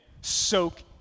soak